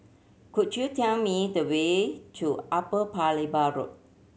could you tell me the way to Upper Paya Lebar Road